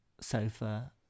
sofa